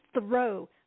throw